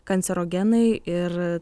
kancerogenai ir